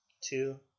two